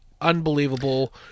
unbelievable